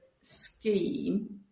scheme